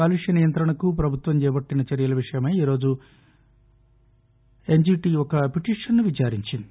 కాలుష్య నియంత్రణకు ప్రభుత్వం చేపట్టిన చర్యల విషయమై ఈ రోజు ఎన్లీటీ ఒక పిటిషన్ను విదారించింది